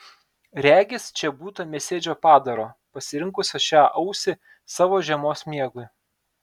regis čia būta mėsėdžio padaro pasirinkusio šią ausį savo žiemos miegui